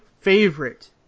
favorite